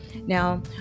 Now